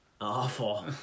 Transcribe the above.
Awful